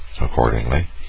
Accordingly